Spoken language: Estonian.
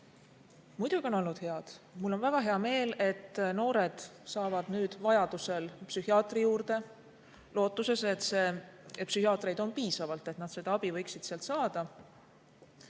Muidugi on olnud head. Mul on väga hea meel, et noored saavad nüüd vajaduse korral psühhiaatri juurde, lootuses, et psühhiaatreid on piisavalt ja nad võiksid sealt abi saada.